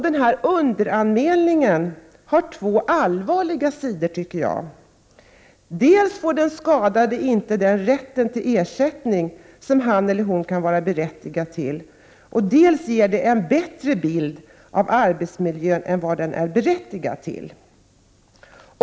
Denna underanmälning har två allvarliga sidor. Den skadade får inte den ersättning som han eller hon har rätt till, och man får en bättre bild av arbetsmiljön än vad den är berättigad till.